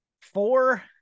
four